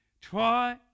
Try